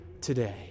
today